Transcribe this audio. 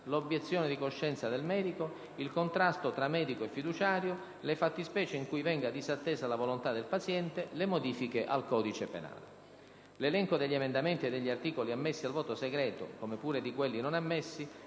l'obiezione di coscienza del medico, il contrasto tra medico e fiduciario, le fattispecie in cui venga disattesa la volontà del paziente, le modifiche al codice penale. L'elenco degli emendamenti e degli articoli ammessi al voto segreto, come pure di quelli non ammessi,